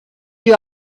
you